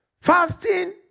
Fasting